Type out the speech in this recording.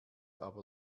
aber